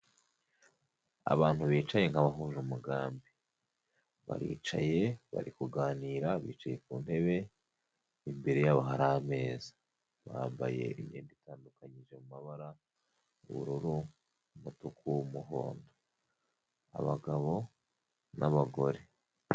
Abantu bicaye nka bahuje umugambi, baricaye bari kuganira bicaye ku ntebe, imbere yabo hari ameza, bambaye imyenda itandukanyije amabara ubururu, umutuku, umuhondo, abagabo n'abagore.